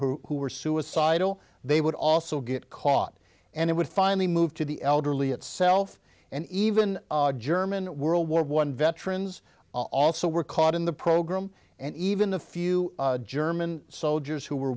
who who were suicidal they would also get caught and it would finally move to the elderly itself and even german world war one veterans also were caught in the program and even the few german soldiers who were